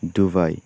Dubai